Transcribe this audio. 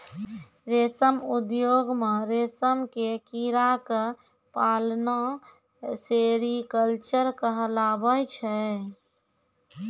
रेशम उद्योग मॅ रेशम के कीड़ा क पालना सेरीकल्चर कहलाबै छै